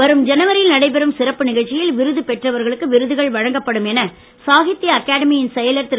வரும் ஜனவரியில் நடைபெறும் சிறப்பு நிகழ்ச்சியில் விருது பெற்றவர்களுக்கு விருதுகள் வழங்கப்படும் என சாகித்ய அகடமியின் செயலர் திரு